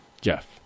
Jeff